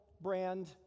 brand